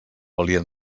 valien